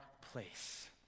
place